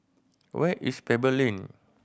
where is Pebble Lane